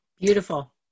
Beautiful